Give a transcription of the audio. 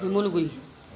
Simaluguri